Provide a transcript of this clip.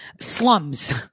slums